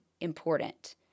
important